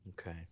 Okay